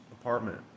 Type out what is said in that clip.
apartment